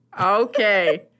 Okay